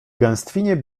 gęstwinie